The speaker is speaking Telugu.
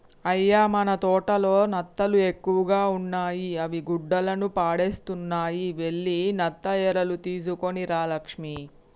అయ్య మన తోటలో నత్తలు ఎక్కువగా ఉన్నాయి అవి గుడ్డలను పాడుసేస్తున్నాయి వెళ్లి నత్త ఎరలు తీసుకొని రా లక్ష్మి